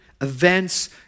events